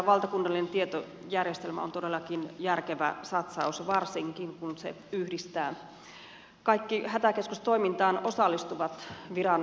valtakunnallinen tietojärjestelmä on todellakin järkevä satsaus varsinkin kun se yhdistää kaikki hätäkeskustoimintaan osallistuvat viranomaiset